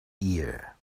ear